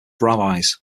rabbis